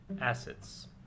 assets